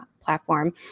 platform